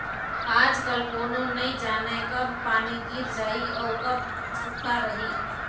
आजकाल कोनो नइ जानय कब पानी गिर जाही अउ कब सुक्खा रही